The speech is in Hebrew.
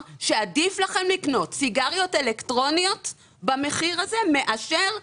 שעדיף לכם במחיר לקנות סיגריות אלקטרוניות מאשר סיגריות.